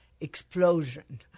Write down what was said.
explosion